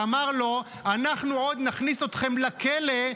ואמר לו: אנחנו עוד נכניס אתכם לכלא,